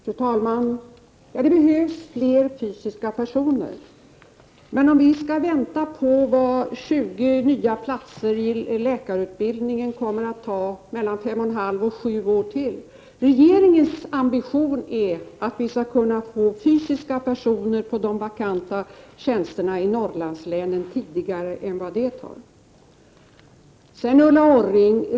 Fru talman! Ja, det behövs fler fysiska personer, men om vi skall vänta på 20 nya platser i läkarutbildningen kommer det att ta mellan 5 2 och 7 år till. Regeringens ambition är att få fysiska personer på de vakanta tjänsterna i Norrlandslänen tidigare än så.